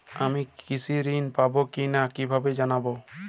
আমি কৃষি ঋণ পাবো কি না কিভাবে জানবো?